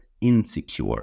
insecure